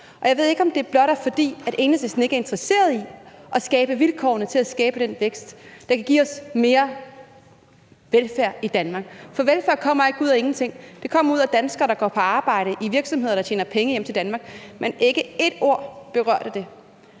Jeg ved ikke, om det blot er, fordi Enhedslisten ikke er interesseret i at skabe vilkårene for at skabe den vækst, der kan give os mere velfærd i Danmark. For velfærd kommer ikke ud af ingenting. Den kommer fra danskere, der går på arbejde i virksomheder, der tjener penge hjem til Danmark. Men ikke med et ord blev det